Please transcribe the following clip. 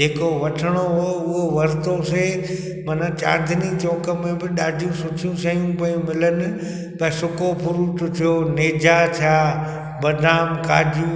जेको वठिणो हुओ उहो वरितोसीं माना चांदनी चौक में बि ॾाढियूं सुठी शयूं पेयूं मिलनि त सुको फ्रूट थिया नेजा थिया बादाम काजू